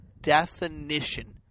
definition